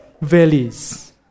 valleys